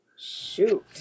Shoot